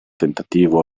tentativo